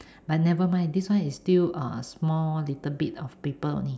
but never mind this one is still uh small little bit of paper only